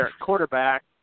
quarterback